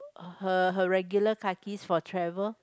her her regular kakis for travel